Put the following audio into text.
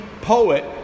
poet